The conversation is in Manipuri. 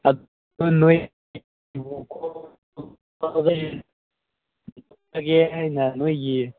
ꯑꯗꯨ ꯅꯣꯏ ꯍꯥꯏꯅ ꯅꯣꯏꯒꯤ